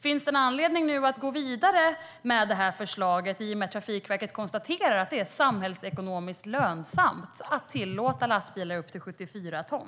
Finns det anledning att gå vidare med förslaget i och med att Trafikverket konstaterar att det är samhällsekonomiskt lönsamt att tillåta lastbilar upp till 74 ton?